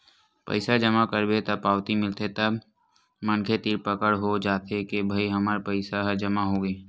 पइसा जमा करबे त पावती मिलथे तब मनखे तीर पकड़ हो जाथे के भई हमर पइसा ह जमा होगे